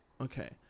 Okay